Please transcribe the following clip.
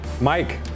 Mike